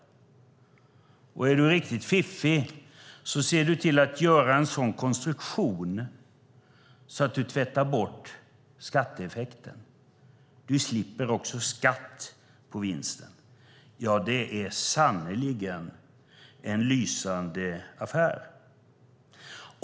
Om du är riktigt fiffig ser du till att göra en sådan konstruktion att du tvättar bort skatteeffekten. Du slipper också skatt på vinsten. Det är sannerligen en lysande affär.